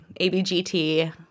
abgt